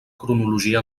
cronologia